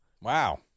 wow